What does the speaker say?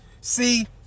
see